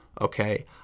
okay